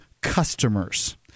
customers